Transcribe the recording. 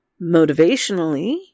motivationally